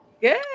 good